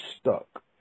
stuck